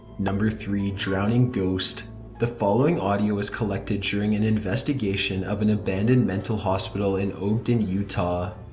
number three. drowning ghost the following audio was collected during an investigation of an abandoned mental hospital in ogden, utah.